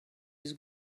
eus